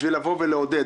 בשביל לעודד.